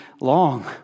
long